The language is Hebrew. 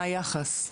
מה היחס?